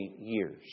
years